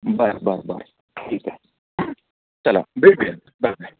बरं बर बर ठीक आहे चला भेटूया बाय बाय